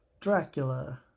Dracula